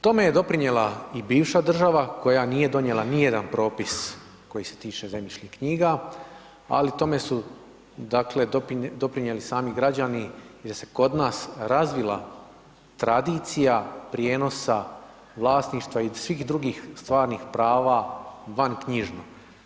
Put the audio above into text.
Tome je doprinijela i bivša država, koja nije donijela ni jedan propis, koji se tiče zajedničkih knjiga, ali tome su dakle, doprinijeli sami građani, jer se kod nas razvila tradicija, prijenosa vlasništva i svih drugih stvarnih prava van knjižno.